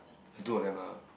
the two of them ah